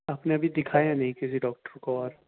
آپ نے ابھی دِکھایا نہیں کسی ڈاکٹر کو اور